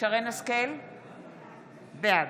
שעברה פגיעה כלשהי בילדותה.